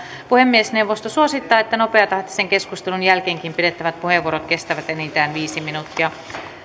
puhemiesneuvosto suosittaa että nopeatahtisen keskustelun jälkeenkin pidettävät puheenvuorot kestävät enintään viisi minuuttia